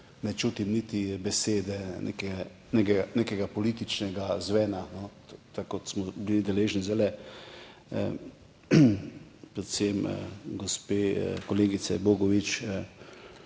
ne čutim niti besede nekega političnega zvena, tako kot smo ga bili deležni zdaj, predvsem pri gospe kolegici Bogovič.